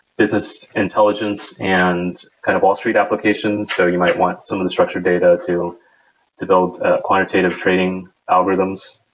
business intelligence and kind of wall street applications. so you might want some of the structured data to to build quantitative trading algorithms.